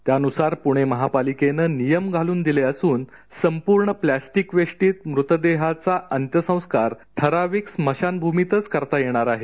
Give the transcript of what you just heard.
त्यानुसार पुणे महानगरपालिकेनं नियम घालून दिले असून संपूर्ण प्लास्टिक वेष्टित मृतदेहाचा अंत्यसंस्कार ठराविक स्मशानभुमीतच करता येणार आहे